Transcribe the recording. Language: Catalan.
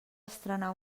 estrenar